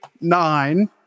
nine